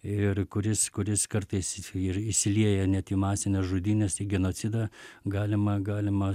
ir kuris kuris kartais ir išsilieja net į masines žudynes į genocidą galima galima